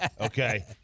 Okay